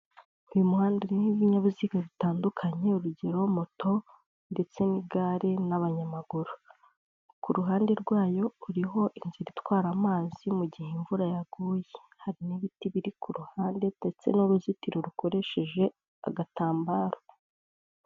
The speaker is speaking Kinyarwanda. Uyu muhanda uriho ibinyabiziga bitandukanye urugero moto ndetse n'igare n'abanyamaguru, kuruhande rwayo hariho inzira itwara amazi mu gihe imvura yaguye hari n'ibiti biri ku ruhande ndetse n'uruzitiro rukoresheshe agatambaro.